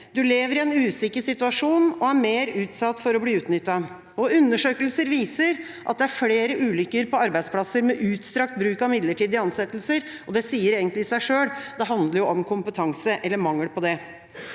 Du lever i en usikker situasjon og er mer utsatt for å bli utnyttet. Undersøkelser viser at det er flere ulykker på arbeidsplasser med utstrakt bruk av midlertidige ansettelser. Det sier seg egentlig selv, det handler om kompetanse eller mangel på det.